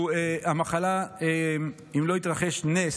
אם לא יתרחש נס,